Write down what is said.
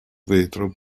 vetro